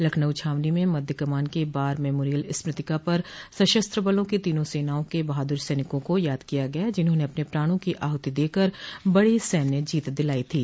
लखनऊ छावनी में मध्य कमान के बार मेमोरियल स्मृतिका पर सशस्त्र बलों की तीनों सेनाओं के बहादुर सैनिकों को याद किया गया जिन्होंने अपने प्राणों की आहुति देकर बड़ी सैन्य जीत दिलाई थी